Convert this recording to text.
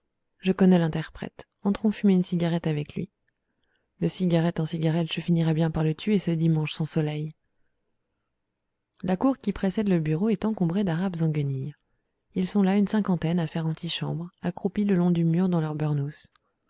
je connais l'interprète entrons fumer une cigarette avec lui de cigarette en cigarette je finirai bien par le tuer ce dimanche sans soleil la cour qui précède le bureau est encombrée d'arabes en guenilles ils sont là une cinquantaine à faire antichambre accroupis le long du mur dans leurs